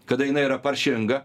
kada jinai yra paršinga